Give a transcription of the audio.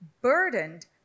burdened